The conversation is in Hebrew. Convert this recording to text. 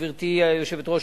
גברתי היושבת-ראש,